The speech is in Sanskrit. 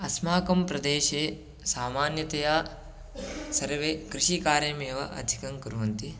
अस्माकं प्रदेशे सामान्यतया सर्वे कृषिकार्यमेव अधिकं कुर्वन्ति